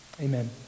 amen